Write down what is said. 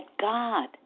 God